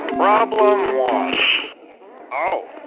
problem wall oh